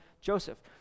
Joseph